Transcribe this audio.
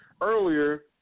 earlier